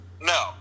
no